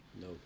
No